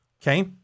Okay